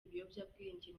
ibiyobyabwenge